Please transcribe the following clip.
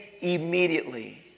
immediately